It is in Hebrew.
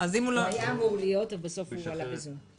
שהם יישארו בארץ ואולי גם יביאו את ההורים שלהם אחריהם.